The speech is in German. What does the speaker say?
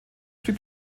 blieb